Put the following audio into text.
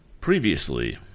Previously